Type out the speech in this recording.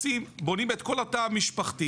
בונים את כל התא המשפחתי,